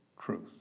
truth